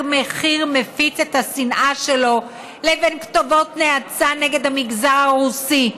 מחיר מפיץ את השנאה שלו לבין כתובות נאצה נגד המגזר הרוסי,